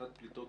הפחתת פליטות